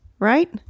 right